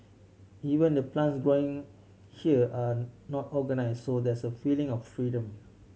even the plants growing here are not organise so there's a feeling of freedom